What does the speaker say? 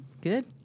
Good